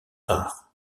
rares